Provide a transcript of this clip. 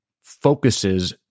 focuses